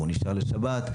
והוא נשאר לשבת,